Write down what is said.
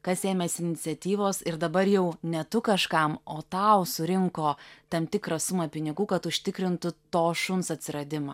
kas ėmėsi iniciatyvos ir dabar jau ne tu kažkam o tau surinko tam tikrą sumą pinigų kad užtikrintų to šuns atsiradimą